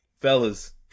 fellas